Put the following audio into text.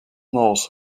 knows